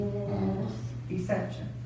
Deception